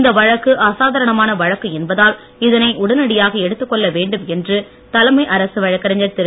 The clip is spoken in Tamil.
இந்த வழக்கு அசாதாரணமான வழக்கு என்பதால் இதனை உடனடியாக எடுத்துக் கொள்ள வேண்டும் என்று தலைமை அரசு வழக்கறிஞர் திரு